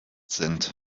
sind